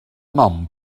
nom